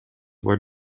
were